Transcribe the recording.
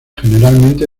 generalmente